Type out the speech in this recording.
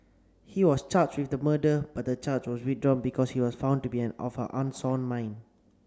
he was charged with the murder but the charge was withdrawn because he was found to be an of unsound mind